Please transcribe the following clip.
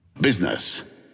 business